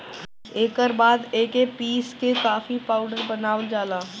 एकर बाद एके पीस के कॉफ़ी पाउडर बनावल जाला